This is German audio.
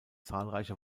zahlreiche